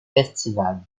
festival